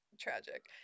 tragic